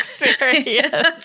experience